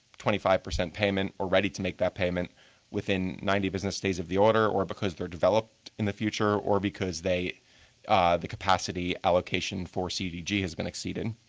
twenty five percent payment or ready to make that payment within ninety business days of the order or because they're developed in the future or because ah the capacity allocation for cdg has been exceeded,